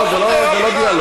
די עם